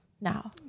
now